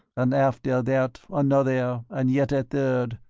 and after that another, and yet a third.